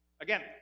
Again